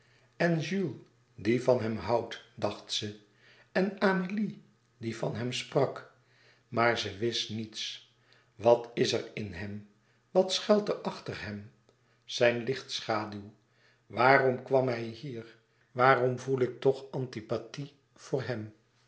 die van hem houdt dacht ze en amélie die van hem sprak maar ze wist niets wat is er in hem wat schuilt er achter hem zijn lichtschaduw waarom kwam hij hier waarom voel ik toch antipathie voor hem